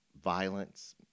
violence